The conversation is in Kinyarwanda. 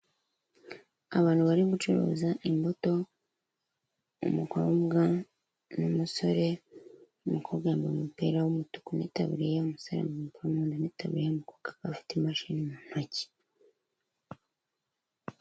Abantu bari gucuruza imbuto, umukobwa n'umusore, umukobwa yambaye umupira w'umutuku n'itabiriye umusore yambaye n'itaburiye, umukobwa akaba afite imashini mu ntoki.